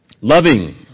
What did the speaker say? loving